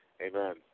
Amen